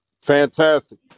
Fantastic